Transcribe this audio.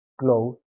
close